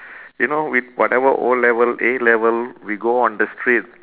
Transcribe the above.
you know with whatever O level A level we go on the street